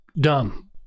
Dumb